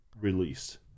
release